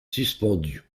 suspendu